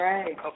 Right